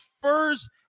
first